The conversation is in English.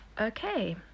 Okay